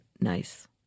nice